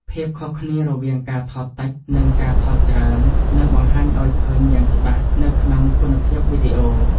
ភាពខុសគ្នារវាងការថតតិច និង ការថតច្រើននឹងបង្ហាញឱ្យឃើញយ៉ាងច្បាស់នៅក្នុងគុណភាពវីដេអូ។